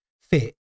fit